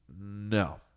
No